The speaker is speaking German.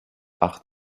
acht